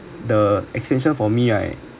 the extension for me right